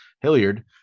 Hilliard